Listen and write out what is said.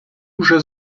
уже